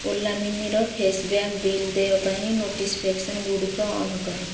ଓଲା ମନିରେ ଫାସ୍ଟ୍ୟାଗ୍ ବିଲ୍ ଦେୟ ପାଇଁ ନୋଟିଫିକେସନ୍ ଗୁଡ଼ିକୁ ଅନ୍ କର